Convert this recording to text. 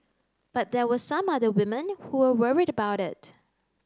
but there were some other women who were worried about it